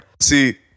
See